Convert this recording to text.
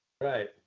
Right